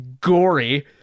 gory